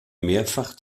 mehrfach